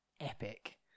epic